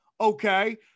okay